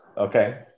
Okay